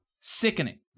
Sickening